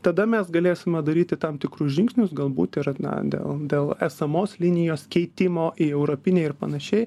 tada mes galėsime daryti tam tikrus žingsnius galbūt ir na dėl dėl esamos linijos keitimo į europinę ir panašiai